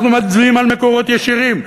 אנחנו מצביעים על מקורות ישירים,